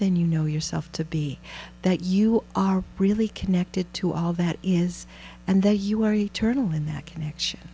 than you know yourself to be that you are really connected to all that is and there you are eternal in that connection